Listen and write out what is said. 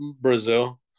Brazil